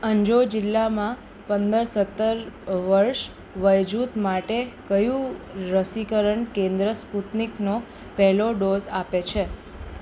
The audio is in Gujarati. અંજૉ જિલ્લામાં પંદર સત્તર અ વર્ષ વયજૂથ માટે કયું રસીકરણ કેન્દ્ર સ્પુતનિકનો પહેલો ડોઝ આપે છે